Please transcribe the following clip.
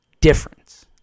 difference